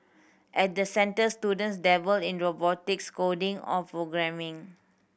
at the centres students dabble in robotics coding or programming